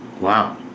Wow